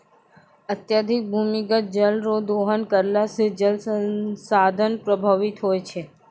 अत्यधिक भूमिगत जल रो दोहन करला से जल संसाधन प्रभावित होय छै